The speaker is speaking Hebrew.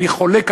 אני חולק עליו,